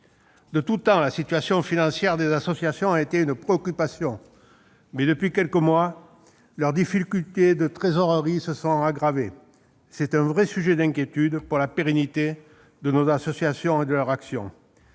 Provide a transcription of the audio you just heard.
De tout temps, la situation financière des associations a été une préoccupation, mais, depuis quelques mois, leurs difficultés de trésorerie se sont aggravées. C'est un vrai sujet d'inquiétude pour la pérennité de nos associations et de leurs actions.